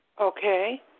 Okay